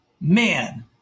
man